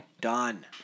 Done